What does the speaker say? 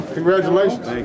Congratulations